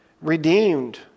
Redeemed